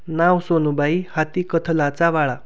नाव सोनूबाई हाती कथलाचा वाळा